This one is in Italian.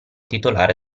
titolare